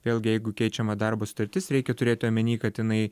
vėlgi jeigu keičiama darbo sutartis reikia turėti omeny kad jinai